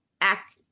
act